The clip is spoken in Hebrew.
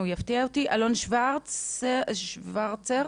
אלון שוורצר.